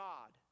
God